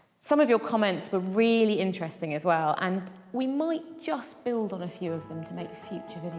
some of your comments were really interesting as well and we might just build on a few of them to make future